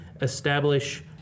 establish